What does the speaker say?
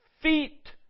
feet